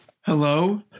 Hello